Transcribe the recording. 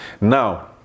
Now